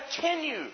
Continue